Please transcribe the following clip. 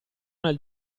nel